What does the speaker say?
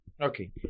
okay